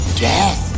death